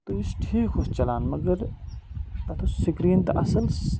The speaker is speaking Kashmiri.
تہٕ یُس ٹھیٖک اوس چَلان مگر تَتھ اوس سِکریٖن تہٕ اَصٕل